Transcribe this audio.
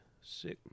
six